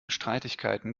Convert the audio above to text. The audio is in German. streitigkeiten